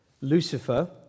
Lucifer